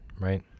right